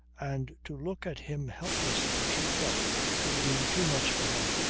and to look at him helplessly she felt would be too much for her.